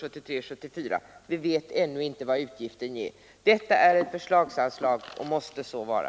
Vi vet ännu inte hur stor den verkliga utgiften blir. Detta är ett förslagsanslag och måste så vara.